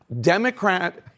Democrat